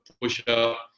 push-up